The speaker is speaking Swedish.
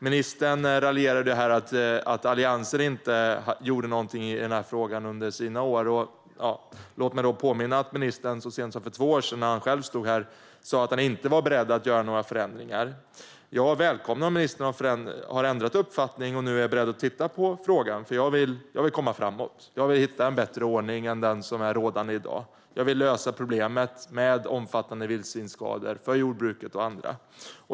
Ministern raljerade här över att Alliansen inte gjorde någonting i frågan under sina år. Låt mig då påminna om att ministern så sent som för två år sedan när han själv stod här sa att han inte var beredd att göra några förändringar. Jag välkomnar om ministern har ändrat uppfattning och nu är beredd att titta på frågan. Jag vill komma framåt. Jag vill hitta en bättre ordning än den som är rådande i dag. Jag vill lösa problemet med omfattande vildsvinsskador för jordbruket och andra.